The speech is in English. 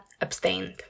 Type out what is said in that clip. abstained